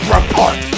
Report